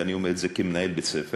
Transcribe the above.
ואני אומר את זה כמנהל בית-ספר,